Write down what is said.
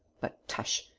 but, tush,